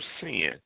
sin